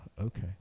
okay